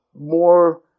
more